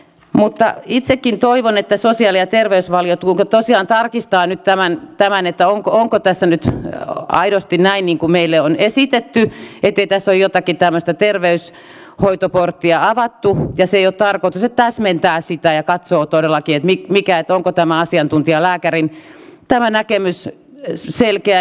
mutta itsekin toivon että sosiaali ja terveysvaliokunta tosiaan tarkistaa nyt tämän onko tässä nyt aidosti näin niin kuin meille on esitetty ettei tässä ole jotakin tämmöistä terveyshoitoporttia avattu se ei ole tarkoitus että täsmentää sitä ja katsoo todellakin onko tämä asiantuntijalääkärin näkemys selkeä